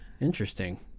Interesting